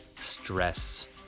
stress